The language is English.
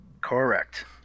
Correct